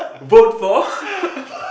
vote for